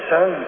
Son